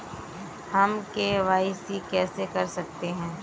हम के.वाई.सी कैसे कर सकते हैं?